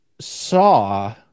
saw